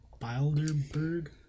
Bilderberg